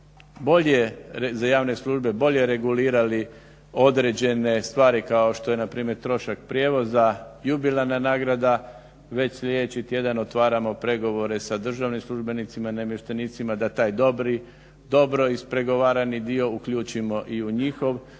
bolje, za javne službe bolje regulirali određene stvari kao što je na primjer trošak prijevoza, jubilarna nagrada. Već sljedeći tjedan otvaramo pregovore sa državnim službenicima i namještenicima da taj dobro ispregovarani dio uključimo i u njihov